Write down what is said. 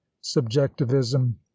subjectivism